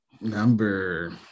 number